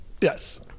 Yes